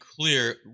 clear